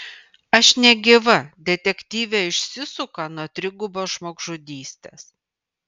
aš negyva detektyvė išsisuka nuo trigubos žmogžudystės